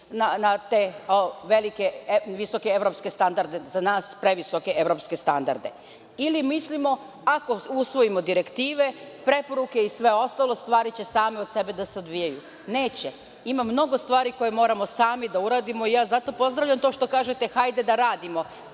na te visoke evropske standarde, za nas previsoke evropske standarde ili mislimo ako usvojimo direktive preporuke i sve ostalo stvari će same od sebe da se odvijaju. Neće. Ima mnogo stvari koje moramo sami da uradimo i zato pozdravljam to što kažete – hajde da radimo